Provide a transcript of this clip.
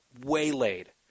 waylaid